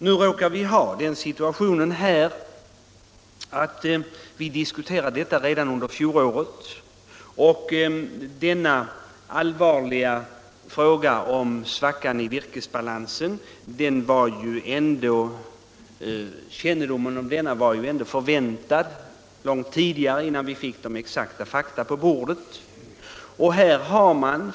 Nu råkar vi ha den situationen att vi diskuterade denna fråga redan under fjolåret. Den allvarliga svackan i virkesbalansen var ju ändå förväntad långt innan vi fick exakta fakta på bordet.